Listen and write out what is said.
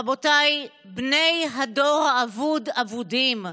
רבותיי, בני הדור האבוד אבודים.